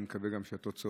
ואני מקווה שגם יהיו תוצאות.